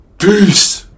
Peace